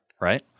right